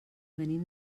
venim